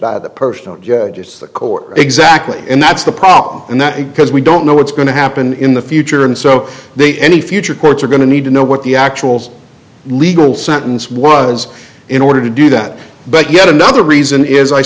bad person just the court exactly and that's the problem and that is because we don't know what's going to happen in the future and so they any future courts are going to need to know what the actual legal sentence was in order to do that but yet another reason is i